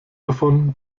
davon